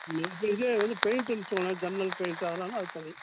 இந்த இதுலேயே வந்து பெயிண்ட்டு மிச்சமான ஜன்னல் பெயிண்ட்டு அதலான்னா அது தனி